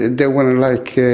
they want to, like, yeah